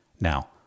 Now